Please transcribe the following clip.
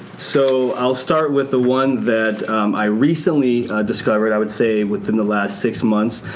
so i'll start with the one that i recently discovered, i would say within the last six months.